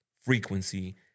frequency